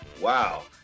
wow